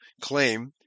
claim